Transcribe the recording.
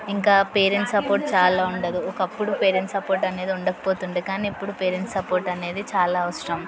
ఇంకా parents support చాలా ఉండదు ఒకప్పుడు పేరెంట్స్ సపోర్ట్ అనేది ఉండకపోతుండే కానీ ఇప్పుడు పేరెంట్ సపోర్ట్ అనేది చాలా అవసరం